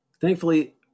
Thankfully